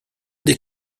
des